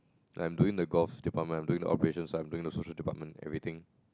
like doing the golf department I'm doing the operation site I'm doing social department everything